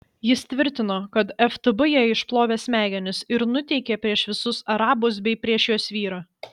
jis tvirtino kad ftb jai išplovė smegenis ir nuteikė prieš visus arabus bei prieš jos vyrą